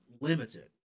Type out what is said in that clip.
limited